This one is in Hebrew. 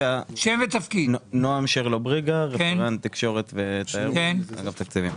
אני רפרנט תקשורת ותיירות באגף התקציבים.